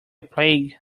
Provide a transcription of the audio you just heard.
plague